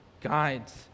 guides